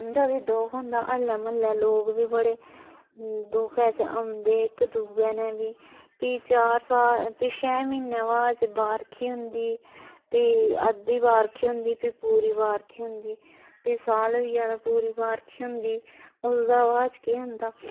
उं'दा बी दुख होंदा अल्लै म्हल्ले लोक बी बड़े दुखै च औंदे इक दुए ने बी फ्ही चार साल फ्ही छे म्हीनें बाद च बारखी होंदी फ्ही अद्धी बारखी होंदी फ्ही पूरी बारखी होंदी फ्ही साल होई गेआ तां पूरी बारखी होंदी उसदा हा बाद च केह् होंदा